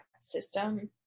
system